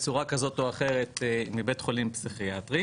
בצורה כזו או אחרת מבית חולים פסיכיאטרי,